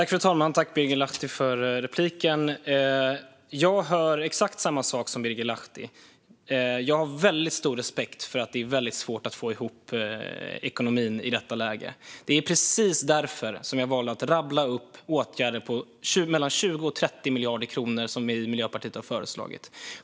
Fru talman! Tack, Birger Lahti, för repliken! Jag hör exakt samma sak som Birger Lahti. Jag har väldigt stor respekt för att det är svårt att få ihop ekonomin i detta läge. Det är precis därför jag valde att rabbla upp åtgärder för mellan 20 och 30 miljarder kronor som vi i Miljöpartiet har föreslagit.